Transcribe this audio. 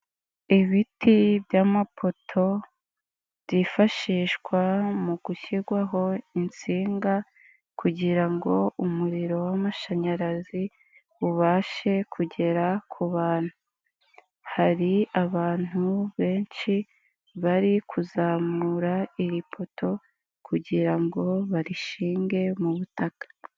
ibiti by'amapoto, byifashishwa mu gushyirwaho insinga kugira ngo umuriro w'amashanyarazi ubashe kugera ku bantu, hari abantu benshi bari kuzamura itri poto kugira ngo barishinge mu butaka.